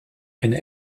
eine